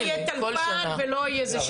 לא יהיה טלפן ולא יהיה זה,